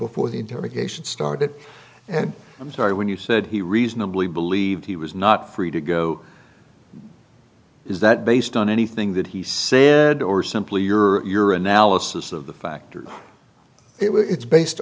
before the interrogation started and i'm sorry when you said he reasonably believed he was not free to go is that based on anything that he said or simply your analysis of the factors it